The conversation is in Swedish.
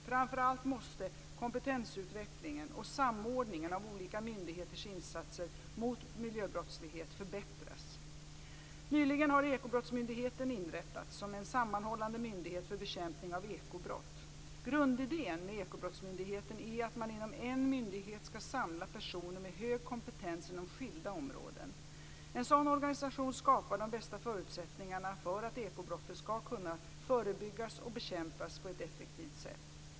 Framför allt måste kompetensutvecklingen och samordningen av olika myndigheters insatser mot miljöbrottslighet förbättras. Nyligen har Ekobrottsmyndigheten inrättats, som en sammanhållande myndighet för bekämpning av ekobrott. Grundidén med Ekobrottsmyndigheten är att man inom en myndighet skall samla personer med hög kompetens inom skilda områden. En sådan organisation skapar de bästa förutsättningarna för att ekobrotten skall kunna förebyggas och bekämpas på ett effektivt sätt.